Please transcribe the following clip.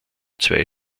zwei